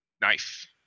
Knife